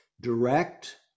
direct